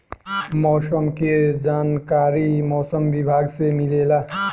मौसम के जानकारी मौसम विभाग से मिलेला?